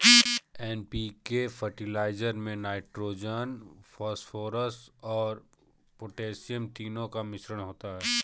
NPK fertiliser में nitrogen, phosphorus और potassium तीनों का मिश्रण होता है